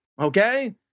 okay